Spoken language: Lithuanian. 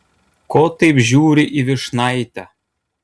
ko taip žiūri į vyšnaitę